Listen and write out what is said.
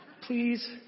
Please